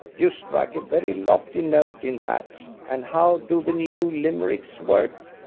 you strike a very lofty note in that. and how do the new limericks work?